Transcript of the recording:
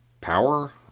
Power